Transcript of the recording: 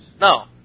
No